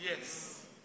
Yes